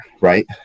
Right